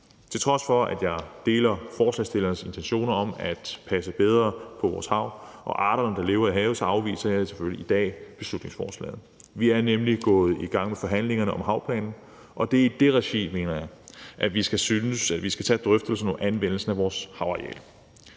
Til trods for at jeg deler forslagsstillernes intention om at passe bedre på vores hav og arterne, der lever i havet, afviser jeg selvfølgelig i dag beslutningsforslaget. Vi er nemlig gået i gang med forhandlingerne om havplanen, og jeg mener, at det er i det regi, at vi skal tage drøftelsen om anvendelsen af vores havareal.